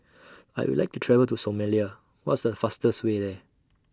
I Would like to travel to Somalia What's The fastest Way There